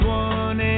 one